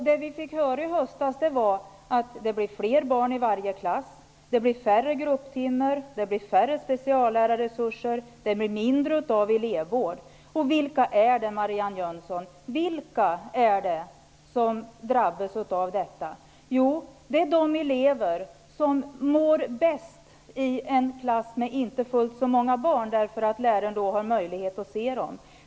Det vi i höstas fick höra var att barnen blir fler i varje klass, grupptimmarna blir färre, speciallärarresurserna blir färre och elevvården dras ned. Vilka är det, Marianne Jönsson, som drabbas av detta? Jo, det är de elever som mår bäst i en klass med inte fullt så många barn. Läraren har då möjlighet att se dem.